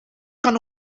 kan